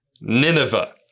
Nineveh